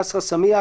כסרא-סמיע,